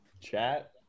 Chat